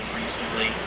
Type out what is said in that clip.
recently